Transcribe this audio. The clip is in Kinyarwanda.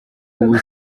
ubu